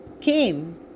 came